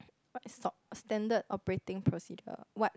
what is sop Standard operating procedure what